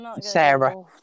Sarah